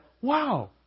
wow